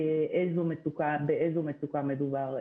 באיזו מצוקה מדובר.